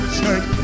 church